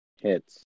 Hits